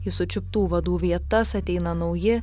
į sučiuptų vadų vietas ateina nauji